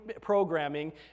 programming